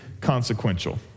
consequential